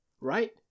Right